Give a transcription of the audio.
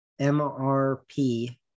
MRP